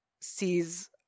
sees